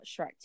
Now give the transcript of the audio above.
Shrek